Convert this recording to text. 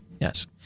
yes